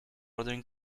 ordering